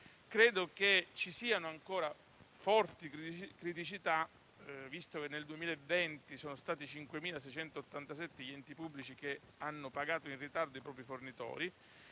credo ci siano ancora forti criticità, visto che nel 2020 sono stati 5.687 gli enti pubblici che hanno pagato in ritardo i propri fornitori,